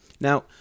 Now